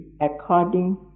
according